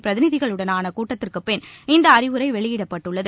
பிரதிநிதிகளுடனான கூட்டத்திற்குப்பின் இந்த அறிவுரை வெளியிடப்பட்டுள்ளது